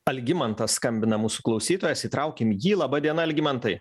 algimantas skambina mūsų klausytojas įtraukim jį laba diena algimantai